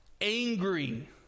angry